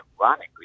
ironically